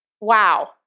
Wow